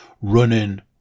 running